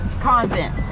convent